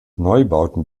neubauten